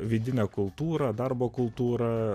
vidinę kultūrą darbo kultūrą